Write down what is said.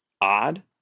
odd